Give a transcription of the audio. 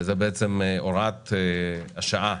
זו הוראת שעה,